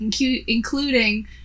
including